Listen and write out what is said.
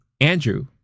Andrew